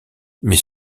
mais